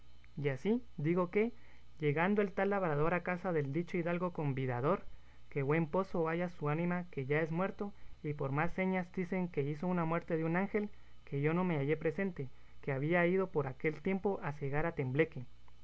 y así digo que llegando el tal labrador a casa del dicho hidalgo convidador que buen poso haya su ánima que ya es muerto y por más señas dicen que hizo una muerte de un ángel que yo no me hallé presente que había ido por aquel tiempo a segar a tembleque